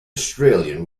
australian